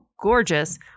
Gorgeous